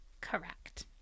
Correct